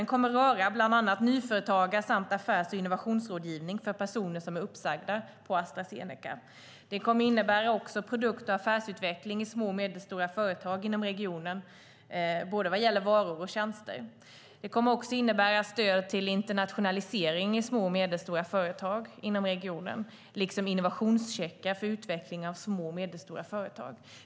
Det kommer att röra bland annat nyföretagar samt affärs och innovationsrådgivning för personer som är uppsagda på Astra Zeneca. Det kommer också att innebära produkt och affärsutveckling i små och medelstora företag inom regionen, både vad gäller varor och tjänster. Det kommer också att innebära stöd till internationalisering i små och medelstora företag inom regionen liksom innovationscheckar för utveckling av små och medelstora företag.